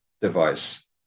device